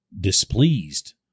displeased